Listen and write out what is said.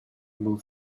бул